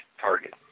target